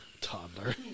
Toddler